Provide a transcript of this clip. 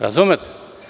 Razumete?